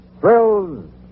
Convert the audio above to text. thrills